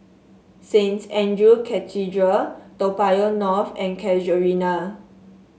Saint Andrew Cathedral Toa Payoh North and Casuarina